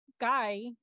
guy